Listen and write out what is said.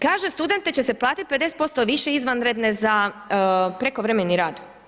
Kaže, studente će se platiti 50% više izvanredne za prekovremeni rad.